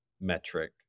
metric